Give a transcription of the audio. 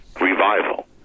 revival